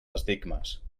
estigmes